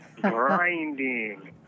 grinding